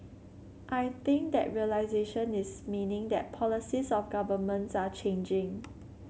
I think that realisation is meaning that policies of governments are changing